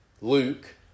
Luke